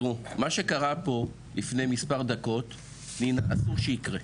מה שקרה פה לפני מספר דקות, אסור שיקרה.